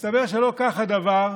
מסתבר שלא כך הדבר.